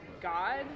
God